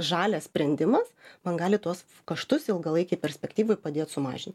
žalias sprendimas man gali tuos kaštus ilgalaikėj perspektyvoj padėt sumažint